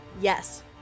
Yes